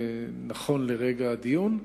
נכון לרגע הדיון,